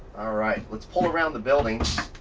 right, let's pull around the building.